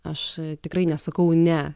aš tikrai nesakau ne